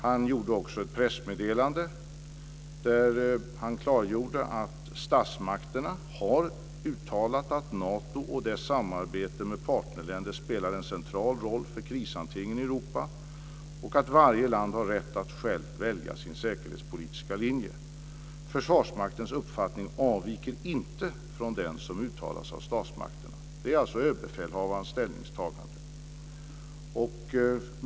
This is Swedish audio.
Han gjorde också ett pressmeddelande där han klargjorde att statsmakterna har uttalat att Nato och dess samarbete med partnerländer spelar en central roll för krishanteringen i Europa och att varje land har rätt att självt välja sin säkerhetspolitiska linje. Försvarsmaktens uppfattning avviker inte från den som uttalats av statsmakterna. Det är alltså överbefälhavarens ställningstagande.